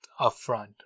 upfront